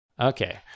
Okay